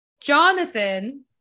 Jonathan